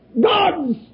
God's